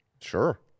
sure